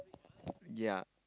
yeah